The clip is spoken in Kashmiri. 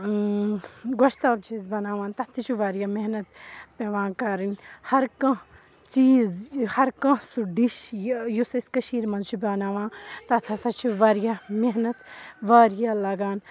گۅشتابہٕ چھِ أسۍ بَناوان تَتھ تہِ چھِ وارِیاہ محنت پٮ۪وان کَرٕنۍ ہَر کانٛہہ چیٖز ہَر کانٛہہ سُہ ڈِش یہِ یُس أسۍ کٔشیٖرِ منٛز چھِ بَناوان تَتھ ہَسا چھ وارِیاہ محنت وارِیاہ لَگان